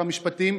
שר המשפטים,